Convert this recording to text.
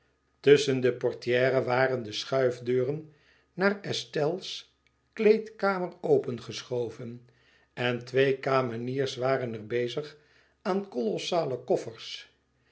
tusschen de portière waren de schuifdeuren naar estelle's kleed kamer opengeschoven en twee kameniers waren er bezig aan kolossale koffers